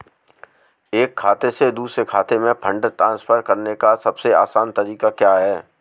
एक खाते से दूसरे खाते में फंड ट्रांसफर करने का सबसे आसान तरीका क्या है?